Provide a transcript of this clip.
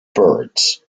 birds